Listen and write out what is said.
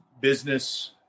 business